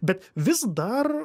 bet vis dar